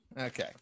okay